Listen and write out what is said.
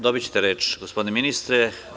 Dobićete reč gospodine ministre.